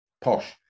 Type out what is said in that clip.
posh